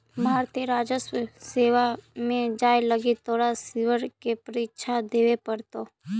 भारतीय राजस्व सेवा में जाए लगी तोरा सिवल के परीक्षा देवे पड़तो